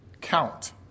Count